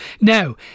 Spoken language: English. Now